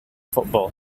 football